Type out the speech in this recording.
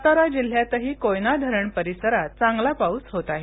सातारा जिल्ह्यातही कोयना धरण परिसरात चांगला पाऊस होत आहे